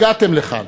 הגעתם לכאן